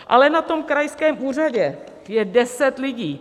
Ale na tom krajském úřadě je deset lidí.